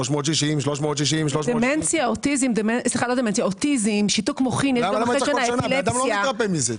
360, 360. אוטיזם, שיתוק מוחין, אפילפסיה.